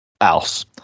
else